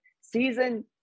season